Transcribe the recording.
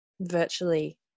virtually